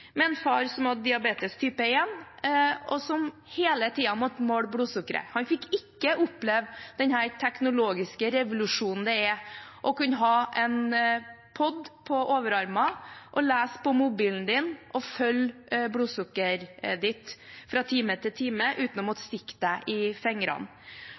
med en far som hadde diabetes type 1, og som hele tiden måtte måle blodsukkeret. Han fikk ikke oppleve den teknologiske revolusjonen det er å kunne ha en «pod» på overarmen og lese på mobilen og følge blodsukkeret fra time til time, uten å